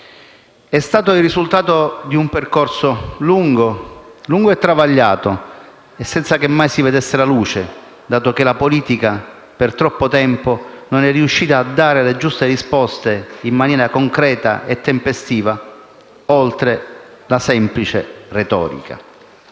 trattato del risultato di un percorso lungo e travagliato, senza che mai si vedesse la luce, dato che per troppo tempo la politica non è riuscita a dare le giuste risposte in maniera concreta e tempestiva, oltre la semplice retorica.